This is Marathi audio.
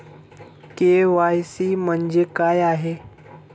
के.वाय.सी म्हणजे काय आहे?